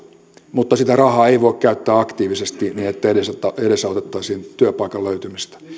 mutta sitä rahaa ei voi käyttää aktiivisesti niin että edesautettaisiin työpaikan löytymistä